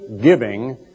giving